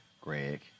Greg